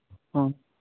ᱦᱚᱸ